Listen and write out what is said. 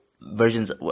versions